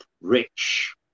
rich